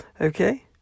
Okay